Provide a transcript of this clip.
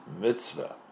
mitzvah